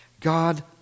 God